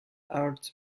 art